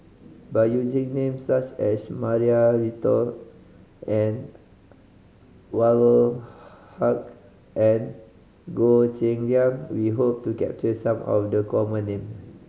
by using names such as Maria Hertogh Anwarul Haque and Goh Cheng Liang we hope to capture some of the common name